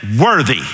worthy